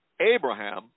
Abraham